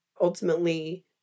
ultimately